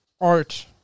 art